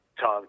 Tom